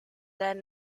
that